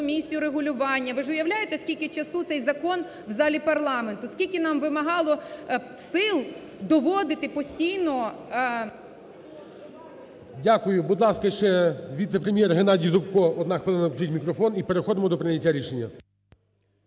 Нацкомісію регулювання, ви ж уявляєте скільки часу цей закон в залі парламенту? Скільки нам вимагало сил доводити постійно… ГОЛОВУЮЧИЙ. Дякую. Будь ласка, ще віце-прем'єр Геннадій Зубко, одна хвилина, включіть мікрофон і переходимо до прийняття рішення.